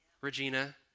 Regina